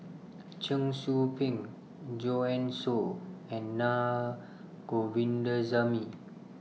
Cheong Soo Pieng Joanne Soo and Na Govindasamy